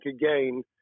again